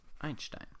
Einstein